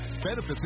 Benefits